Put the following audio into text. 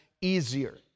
easier